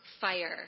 fire